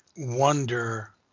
wonder